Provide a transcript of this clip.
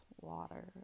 water